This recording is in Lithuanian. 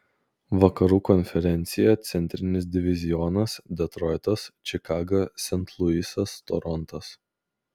vakarų konferencija centrinis divizionas detroitas čikaga sent luisas torontas